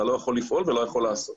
אתה לא יכול לפעול ולא יכול לעשות.